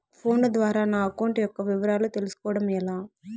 Phone ద్వారా నా account యొక్క వివరాలు తెలుస్కోవడం ఎలా?